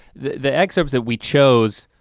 the the excerpts that we chose,